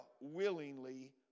willingly